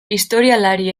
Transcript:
historialari